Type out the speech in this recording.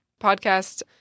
podcast